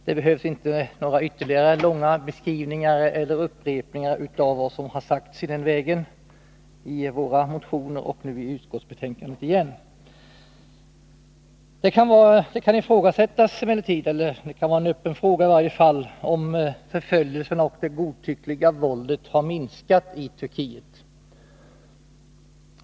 Det behövs inte några ytterligare långa beskrivningar eller uppräkningar av det som har sagts 4 i den vägen i våra motioner och i detta utskottsbetänkande. Det är dock en öppen fråga om förföljelserna och det godtyckliga våldet har minskat i Turkiet.